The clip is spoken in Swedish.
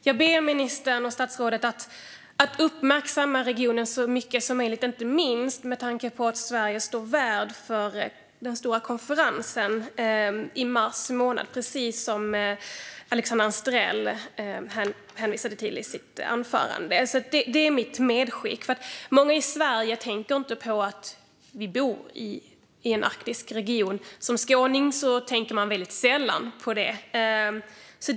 Jag ber dock ministern att uppmärksamma regionen så mycket som möjligt, inte minst med tanke på att Sverige står värd för den stora konferensen i mars, vilket Alexandra Anstrell tog upp i sitt anförande. Många i Sverige tänker inte på att vi bor i en arktisk region. Som skåning tänker man väldigt sällan på det.